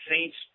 Saints